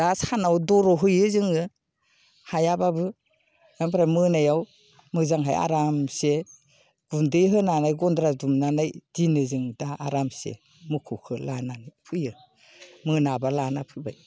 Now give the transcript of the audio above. दा सानाव दर होयो जोङो हायाबाबो आमफ्राइ मोनायाव मोजांहाय आरामसे गुन्दै होनानै गन्द्रा दुमनानै दोनो जों दा आरामसे मोसौखो लानानै फैयो मोनाबा लाना फैबाय